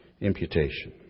Imputation